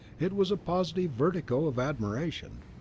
it was a positive vertigo of admiration.